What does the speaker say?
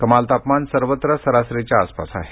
कमाल तापमान सर्वत्र सरासरीच्या आसपास आहे